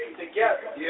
together